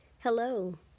Hello